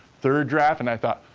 third draft, and i thought,